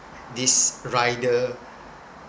this rider